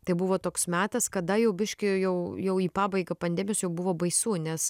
tai buvo toks metas kada jau biškį jau jau į pabaigą pandemijos jau buvo baisu nes